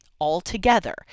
altogether